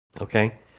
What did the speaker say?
Okay